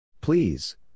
Please